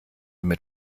mit